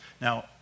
Now